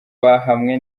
bahamwe